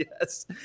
yes